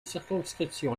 circonscriptions